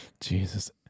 Jesus